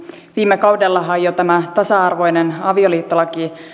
viime kaudellahan tämä tasa arvoinen avioliittolaki